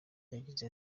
yagize